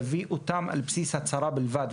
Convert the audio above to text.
להביא אותן על בסיס הצהרה בלבד.